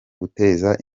guteza